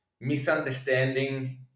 misunderstanding